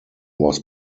was